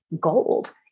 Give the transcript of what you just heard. gold